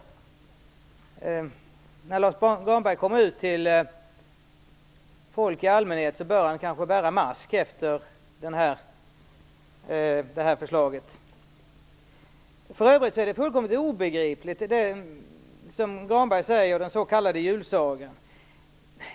Men när Lars U Granberg kommer ut till folk i allmänhet bör han kanske bära mask efter det här förslaget. För övrigt är det som Lars U Granberg säger i den s.k. julsagan fullkomligt obegripligt.